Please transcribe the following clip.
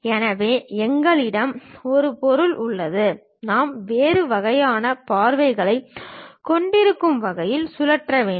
எனவே எங்களிடம் ஒரு பொருள் உள்ளது நாம் வேறு வகையான பார்வைகளைக் கொண்டிருக்கும் வகையில் சுழற்ற வேண்டும்